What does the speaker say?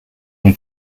and